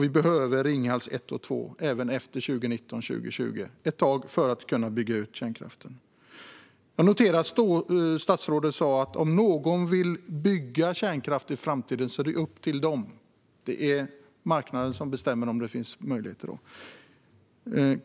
Vi behöver Ringhals 1 och 2 även ett tag efter 2019-2020 för att kunna bygga ut kärnkraften. Jag noterade att statsrådet sa att om någon vill bygga kärnkraft i framtiden är det upp till dem och att det är marknaden som bestämmer om det finns möjligheter.